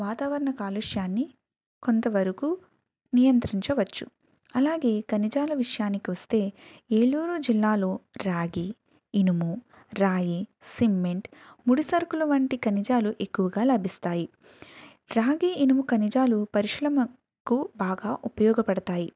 వాతావరణ కాలుష్యాన్ని కొంతవరకు నియంత్రించవచ్చు అలాగే ఖనిజాల విషయానికొస్తే ఏలూరు జిల్లాలో రాగి ఇనుము రాయి సిమెంట్ ముడిసరుకులు వంటి ఖనిజాలు ఎక్కువగా లబిస్తాయి రాగి ఇనుము ఖనిజాలు పరిశ్రమ కు బాగా ఉపయోగపడతాయి